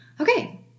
okay